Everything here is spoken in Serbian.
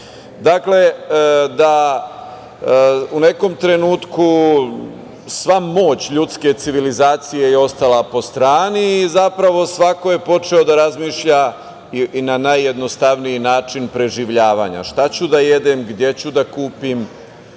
19, da u nekom trenutku sva moć ljudske civilizacije je ostala po strani. Zapravo svako je počeo da razmišlja i na najjednostavniji način preživljavanja - šta ću da jedem, gde ću da kupim,